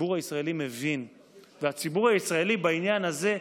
הציבור הישראלי מבין והציבור הישראלי בעניין הזה,